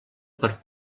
per